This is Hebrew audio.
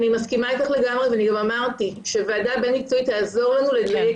אני לגמרי מסכימה אתך ואני גם אמרתי שוועדה בין-מקצועית תעזור לנו לדייק